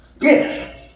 Yes